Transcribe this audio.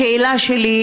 השאלה שלי,